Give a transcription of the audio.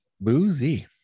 Boozy